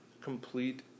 complete